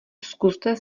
zkuste